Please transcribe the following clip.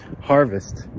harvest